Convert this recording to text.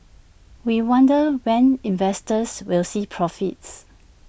we wonder when investors will see profits